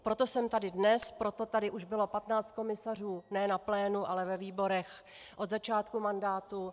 Proto jsem tady dnes, proto tady už bylo 15 komisařů, ne na plénu, ale ve výborech, od začátku mandátu.